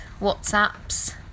WhatsApps